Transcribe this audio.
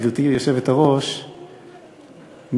גברתי היושבת-ראש,